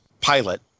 pilot